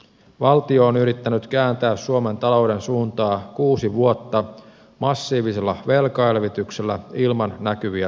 valtio on yrittänyt kääntää suomen talouden suuntaa kuusi vuotta massiivisella velkaelvytyksellä ilman näkyviä tuloksia